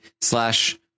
slash